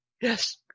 yes